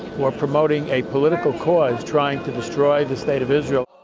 who are promoting a political cause trying to destroy the state of israel.